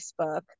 facebook